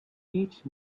teach